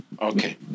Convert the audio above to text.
okay